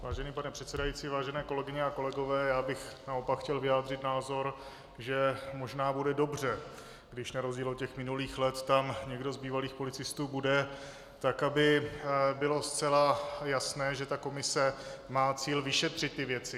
Vážený pane předsedající, vážené kolegyně a kolegové, já bych naopak chtěl vyjádřit názor, že možná bude dobře, když na rozdíl od minulých let tam někdo z bývalých policistů bude, tak aby bylo zcela jasné, že komise má cíl vyšetřit ty věci.